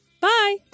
Bye